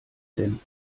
denn